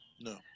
No